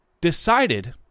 decided